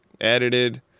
edited